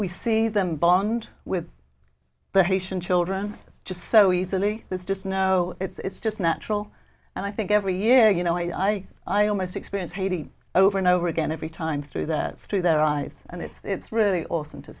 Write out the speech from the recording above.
we see them bond with their haitian children just so easily there's just no it's just natural and i think every year you know i i almost experience haiti over and over again every time through that through their eyes and it's it's really awesome to